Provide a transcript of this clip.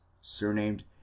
surnamed